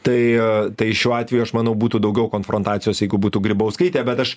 tai tai šiuo atveju aš manau būtų daugiau konfrontacijos jeigu būtų grybauskaitė bet aš